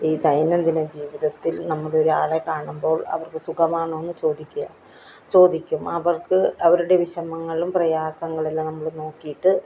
ഈ ദൈനംദിന ജീവിതത്തിൽ നമ്മൾ ഒരാളെ കാണുമ്പോൾ അവർക്ക് സുഖമാണോ എന്ന് ചോദിക്കുക ചോദിക്കും അവർക്ക് അവരുടെ വിഷമങ്ങളും പ്രയാസങ്ങളുമെല്ലാം നമ്മൾ നോക്കിയിട്ട്